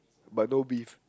but no beef